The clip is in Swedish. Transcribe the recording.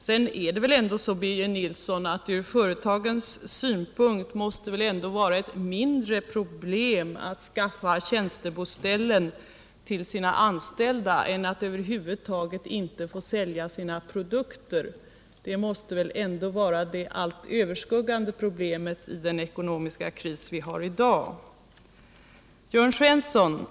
Sedan är det väl ändå så, Birger Nilsson, att det från företagens synpunkt måste vara ett mindre problem att skaffa tjänstebostäder till sina anställda än att över huvud taget inte kunna sälja sina produkter. Det senare förhållandet är ju det allt överskuggande problemet i den ekonomiska kris vi har i dag.